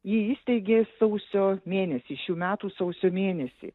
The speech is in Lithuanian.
jį įsteigė sausio mėnesį šių metų sausio mėnesį